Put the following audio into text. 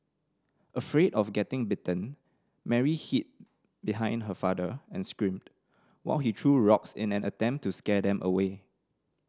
afraid of getting bitten Mary hid behind her father and screamed while he threw rocks in an attempt to scare them away